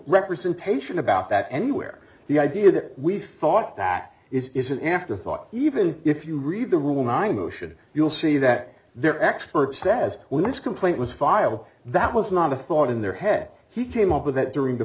representation about that anywhere the idea that we thought that is is an afterthought even if you read the rule nine motion you'll see that their expert says when this complaint was filed that was not a thought in their head he came up with that during the